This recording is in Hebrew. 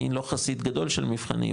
אני לא חסיד גדול של מבחנים,